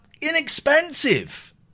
inexpensive